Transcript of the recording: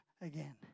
again